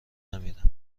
نمیرم